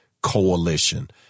coalition